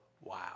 wow